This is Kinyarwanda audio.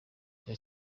cya